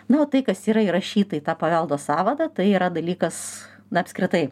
na o tai kas yra įrašyta į tą paveldo sąvadą tai yra dalykas na apskritai